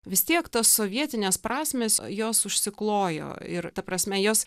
vis tiek tos sovietinės prasmės jos užsiklojo ir ta prasme jos